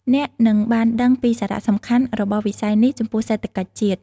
អ្នកនឹងបានដឹងពីសារៈសំខាន់របស់វិស័យនេះចំពោះសេដ្ឋកិច្ចជាតិ។